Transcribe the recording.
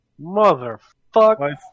Motherfuck